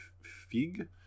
fig